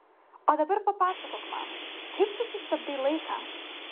o dabar papasakok man kaip tu sustabdei laiką